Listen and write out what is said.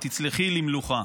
וַתצְלְחי למלוכה".